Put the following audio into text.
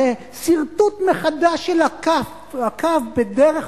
זה סרטוט מחדש של הקו בדרך